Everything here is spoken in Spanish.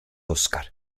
óscar